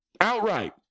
Outright